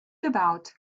about